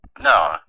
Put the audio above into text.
no